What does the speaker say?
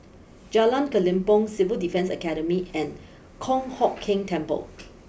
Jalan Kelempong Civil Defence Academy and Kong Hock Keng Temple